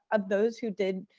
of those who did,